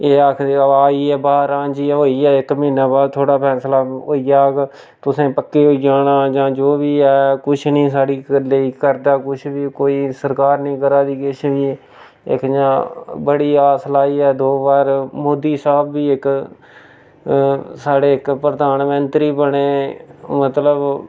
एह् आखदे आइयै बाह्र हां जी होई गेआ इक म्हीने बाद थोआड़ा फैसला होई जाह्ग तुसें पक्के होई जाना जां जो बी ऐ कुछ निं साढ़ी लेई करदा कुछ बी कोई सरकार निं करा दी किश बी इक इ'यां बड़ी आस लाइयै दो बार मोदी साह्ब बी इक साढ़े इक प्रधानमंत्री बने मतलब